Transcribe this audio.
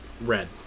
red